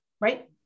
Right